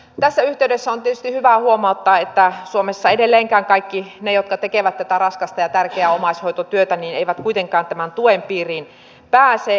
tässä yhteydessä on tietysti hyvä huomauttaa että suomessa edelleenkään kaikki ne jotka tekevät tätä raskasta ja tärkeää omaishoitotyötä eivät kuitenkaan tämän tuen piiriin pääse